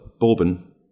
bourbon